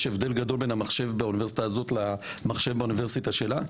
יש הבדל גדול בין המחשב באוניברסיטה הזו לבין מחשב באוניברסיטה שלה?